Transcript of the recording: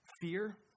Fear